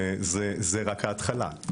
זה רק ההתחלה.